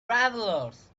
travelers